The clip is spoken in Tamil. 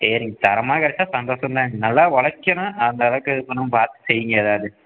சரிங்க தரமாக கிடச்சா சந்தோஷந்தாங்க நல்லா ஒழைக்கணும் அந்த அளவுக்கு எது பண்ணணுமோ பார்த்து செய்யுங்க எதாவது